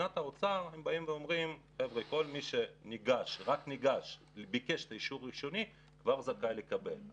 באוצר אומרים שכל מי שרק הגיש אישור ראשוני כבר זכאי לקבל את הכסף,